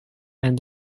and